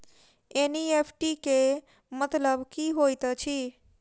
NEFT केँ मतलब की होइत अछि?